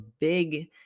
big